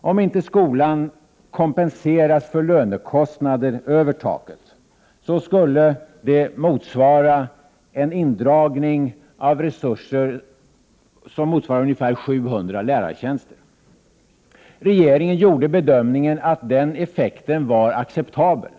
Om inte skolan kompenseras för lönekostnader över taket, skulle det innebära en indragning av resurser som motsvarar ungefär 700 lärartjänster. Regeringen gjorde bedömningen att den effekten var acceptabel.